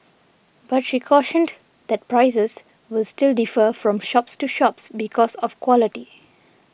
but she cautioned that prices will still defer from shops to shops because of quality